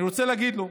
אני רוצה להגיד לו: